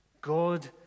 God